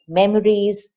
memories